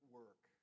work